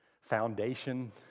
foundation